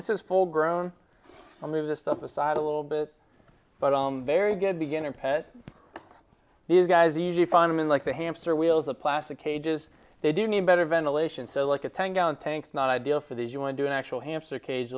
this is full grown on me to stuff the side a little bit but i'm very good beginner pet these guys easy fineman like the hamster wheels a plastic cages they do need better ventilation so like a ten gallon tank not ideal for these you want to do an actual hamster cage